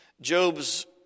Job's